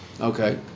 Okay